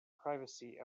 privacy